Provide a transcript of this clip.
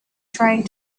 trying